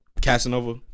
Casanova